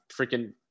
freaking